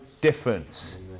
difference